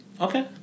Okay